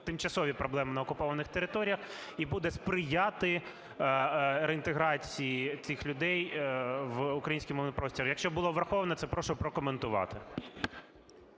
тимчасові проблеми на окупованих територіях і буде сприяти реінтеграції цих людей в український мовний простір. Якщо було враховано це, прошу прокоментувати.